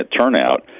turnout